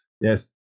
Yes